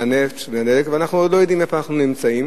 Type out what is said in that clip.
מהנפט, הדלק, ואנחנו לא יודעים איפה אנחנו נמצאים.